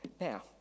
Now